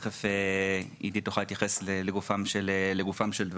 תכף עידית תוכל להתייחס לגופם של דברים.